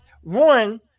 one